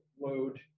load